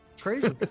Crazy